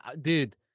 dude